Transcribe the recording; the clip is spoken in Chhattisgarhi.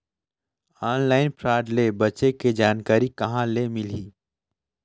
ऑनलाइन फ्राड ले बचे के जानकारी कहां ले मिलही?